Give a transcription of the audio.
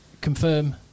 confirm